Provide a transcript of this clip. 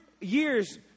years